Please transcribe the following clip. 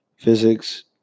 physics